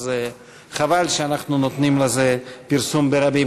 אז חבל שאנחנו נותנים לזה פרסום ברבים.